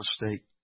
mistake